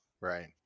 Right